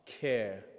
care